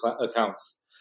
accounts